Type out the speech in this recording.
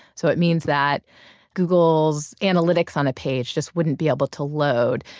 so it means that google's analytics on a page just wouldn't be able to load.